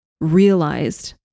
realized